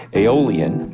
Aeolian